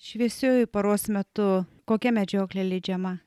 šviesiuoju paros metu kokia medžioklė leidžiama